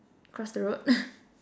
cross the road